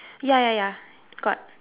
ya ya ya got